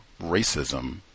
racism